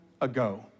ago